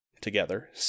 together